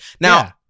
Now